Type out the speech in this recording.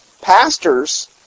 pastors